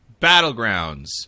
Battlegrounds